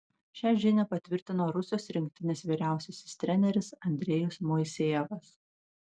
šią žinią patvirtino rusijos rinktinės vyriausiasis treneris andrejus moisejevas